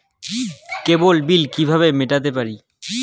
কেবল bill কিভাবে মেটাতে পারি?